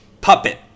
puppet